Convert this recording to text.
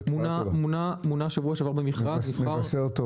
הוא מונה בשבוע שעבר במכרז ונבחר.